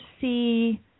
see